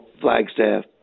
Flagstaff